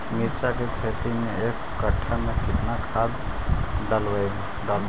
मिरचा के खेती मे एक कटा मे कितना खाद ढालबय हू?